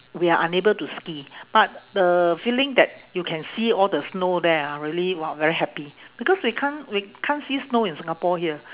we are unable to ski but the feeling that you can see all the snow there ah really !wow! very happy because we can't we can't see snow in singapore here